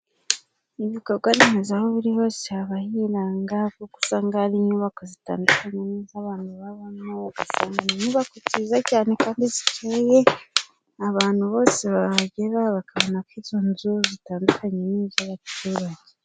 Ibikorwaremezo aho biri hose haba hiranga, kuko usanga hari inyubako zitandukanye n'iz' abantu babamo ugasanga ni inyubako nziza cyane kandi zikeye, abantu bose bahagera bakabona ko izo nzu zitandukanye n'iz' abaturage.